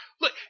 Look